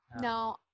No